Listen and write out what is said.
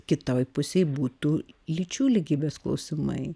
kitoj pusėj būtų lyčių lygybės klausimai